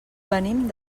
venim